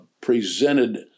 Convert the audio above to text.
presented